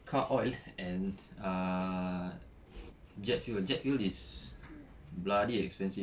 car oil and uh jet fuel jet fuel is bloody expensive